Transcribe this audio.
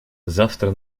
завтра